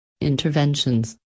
interventions